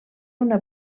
una